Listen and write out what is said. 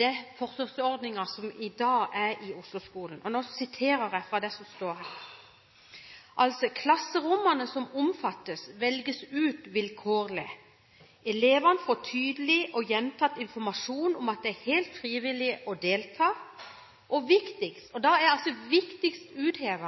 den forsøksordningen som i dag er i Osloskolen. Jeg siterer fra det som står her: «Klasserommene som omfattes velges ut vilkårlig. Elevene får tydelig og gjentatt informasjon om at det er helt frivillig å delta.» Og viktigst er: